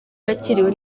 yakiriwe